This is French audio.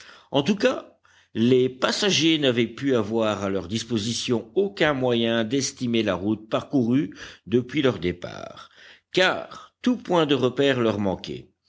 en tout cas les passagers n'avaient pu avoir à leur disposition aucun moyen d'estimer la route parcourue depuis leur départ car tout point de repère leur manquait